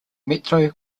metro